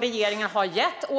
Regeringen har gett